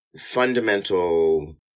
fundamental